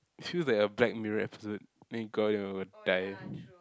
it feels like a Black-Mirror episode then you go here and you will die